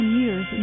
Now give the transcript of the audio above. years